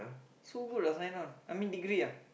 so good ah sign on I mean degree ah